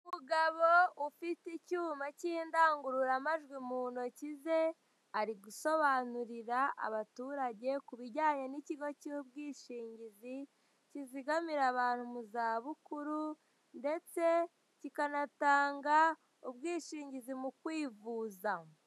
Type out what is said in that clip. Umugabo ufite icyuma cy'indangurura majwi muntoki ze ari gusobanurira abaturage kubijyanye n'ikigo cy'ubwishingizi, kizigamira abantu muzabukuru ndetse cyikanatanga ubwishingizi mukwivuza.